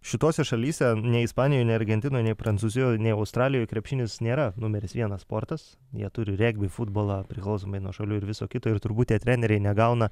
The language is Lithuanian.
šitose šalyse nei ispanijoj argentinoj nei prancūzijoj nei australijoj krepšinis nėra numeris vienas sportas jie turi regbį futbolą priklausomai nuo šalių ir viso kito ir turbūt tie treneriai negauna